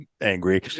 angry